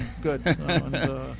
Good